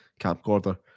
camcorder